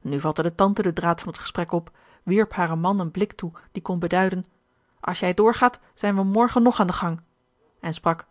nu vatte de tante den draad van het gesprek op wierp haren man een blik toe die kon beduiden als jij doorgaat zijn wij morgen nog aan den gang en sprak